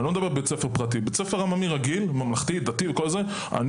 לא פרטי עממי רגיל ממלכתי או ממלכתי דתי אני